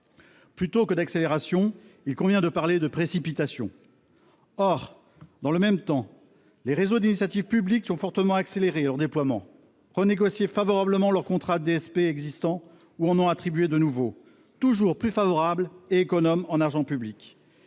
Plutôt que d'accélération, il convient de parler de précipitation ! Dans le même temps, les réseaux d'initiative publique ont fortement accéléré leur déploiement, renégocié favorablement leurs contrats de DSP existants, ou en ont attribué de nouveaux, toujours plus favorables et économes en argent public.